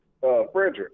Frederick